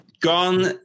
Gone